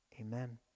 Amen